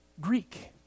Greek